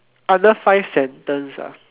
other five sentence ah